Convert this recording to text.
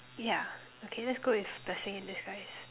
yeah okay let's go with blessing in disguise